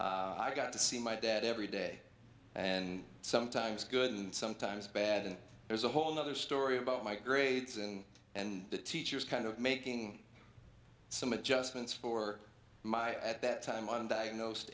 i got to see my dad every day and sometimes good and sometimes bad and there's a whole nother story about my grades and and the teachers kind of making some adjustments for my at that time on diagnosed